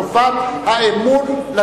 חובת האמון,